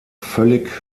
völlig